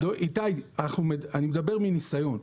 אני מדבר מניסיון.